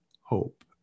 hope